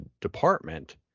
department